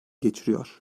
geçiriyor